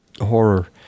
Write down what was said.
Horror